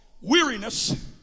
weariness